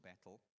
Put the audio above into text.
battle